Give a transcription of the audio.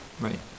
Right